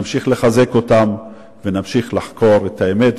נמשיך לחזק אותם ונמשיך לחקור את האמת,